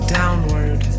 downward